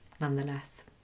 nonetheless